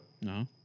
No